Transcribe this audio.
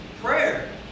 Prayer